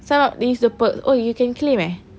some of them use the perks oh you can claim eh